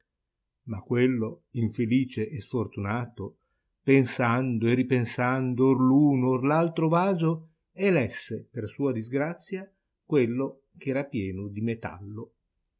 ma quello infelice e sfortunato pensando e ripensando or l'uno or l'altro vaso elesse per sua disgrazia quello ch'era pieno di metallo